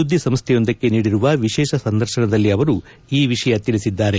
ಸುದ್ದಿ ಸಂಸ್ಡೆಯೊಂದಕ್ಕೆ ನೀಡಿರುವ ವಿಶೇಷ ಸಂದರ್ಶನದಲ್ಲಿ ಅವರು ಈ ವಿಷಯ ತಿಳಿಸಿದ್ದಾರೆ